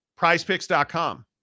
prizepicks.com